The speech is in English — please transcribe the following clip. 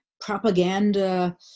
propaganda